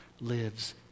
lives